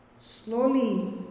Slowly